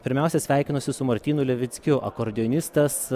pirmiausia sveikinuosi su martynu levickiu akordeonistas